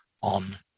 on